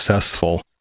successful